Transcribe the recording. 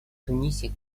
тунисе